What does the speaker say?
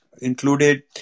included